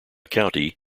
county